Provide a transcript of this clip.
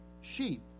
sheep